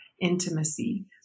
intimacy